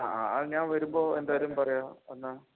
ആ ആ ഞാൻ വരുമ്പോൾ എന്തായാലും പറയാം എന്നാൽ